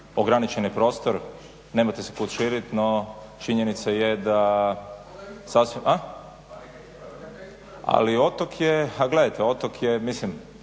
ograničen je prostor, nemate se kud širit no činjenica je da, ali otok je a gledajte otok je